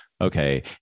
Okay